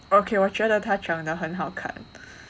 okay 我觉得他长得很好看